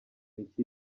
mike